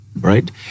right